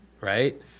right